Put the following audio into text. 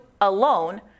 alone